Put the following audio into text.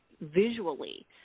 visually